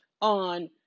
on